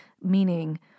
meaning